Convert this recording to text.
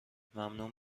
ممنون